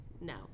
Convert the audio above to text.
No